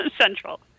Central